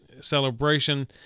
celebration